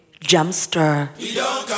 jumpster